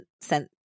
sent